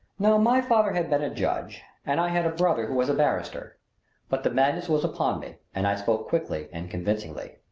now my father had been a judge and i had a brother who was a barrister but the madness was upon me and i spoke quickly and convincingly.